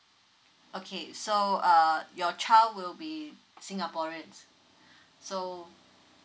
okay so err your child will be singaporeans so